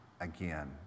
again